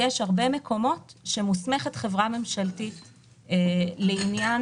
יש הרבה מקומות שמוסמכת חברה ממשלתית לעניין